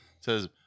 says